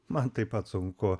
man taip pat sunku